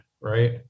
right